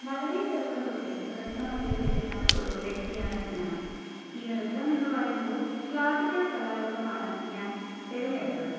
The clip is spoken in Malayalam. വളരെ ചെറുപ്പം തൊട്ടേ നൃത്തം അഭ്യസിക്കുന്ന ഒരു വ്യക്തിയാണ് ഞാൻ ഈ നൃത്തം എന്നു പറയുമ്പോൾ ക്ലാസിക്കൽ കലാരൂപമാണ് ഞാൻ തിരഞ്ഞെടുത്തത്